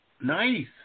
Nice